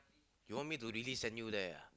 you want to me really send you there ah